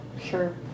sure